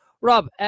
Rob